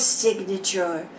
signature